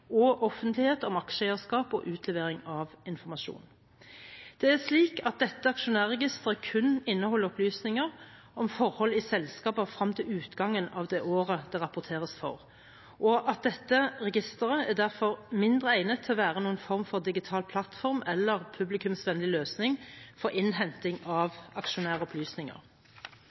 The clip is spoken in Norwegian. og offentlighet om aksjeeierskap og utlevering av informasjon. Det er slik at dette aksjonærregisteret kun inneholder opplysninger om forhold i selskapet frem til utgangen av det året det rapporteres for, og dette registeret er derfor mindre egnet til å være noen form for digital plattform eller publikumsvennlig løsning for innhenting av aksjonæropplysninger.